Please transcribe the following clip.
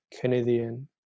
Canadian